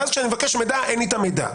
ואז כשאני מבקש מידע אין לי את המידע.